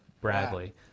Bradley